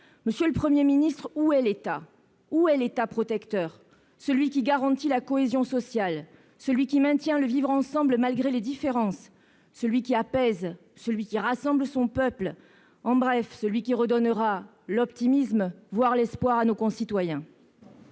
Monsieur le Premier ministre, où est l'État, l'État protecteur, qui garantit la cohésion sociale, qui maintient le vivre-ensemble malgré les différences, qui apaise, qui rassemble son peuple, bref, celui qui redonnera l'optimisme, voire l'espoir, à nos concitoyens